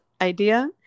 idea